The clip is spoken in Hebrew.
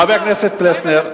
חבר הכנסת פלסנר.